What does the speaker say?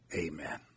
Amen